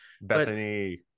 Bethany